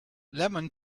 lemon